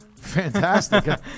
Fantastic